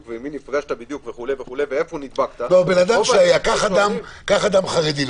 ועם מי נפגשת ואיפה נדבקת וכו'- - קח אדם חרדי.